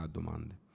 domande